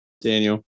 Daniel